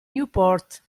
newport